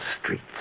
streets